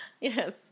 Yes